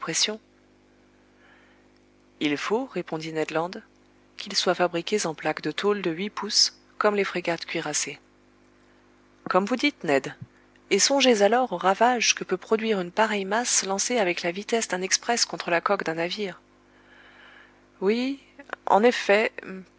il faut répondit ned land qu'ils soient fabriqués en plaques de tôle de huit pouces comme les frégates cuirassées comme vous dites ned et songez alors aux ravages que peut produire une pareille masse lancée avec la vitesse d'un express contre la coque d'un navire oui en effet